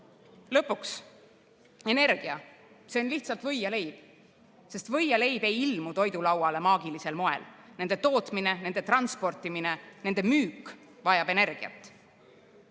Lõpuks energia – see on lihtsalt või ja leib. Sest või ja leib ei ilmu toidulauale maagilisel moel. Nende tootmine, nende transportimine, nende müük vajab energiat.